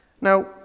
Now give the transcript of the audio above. now